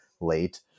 late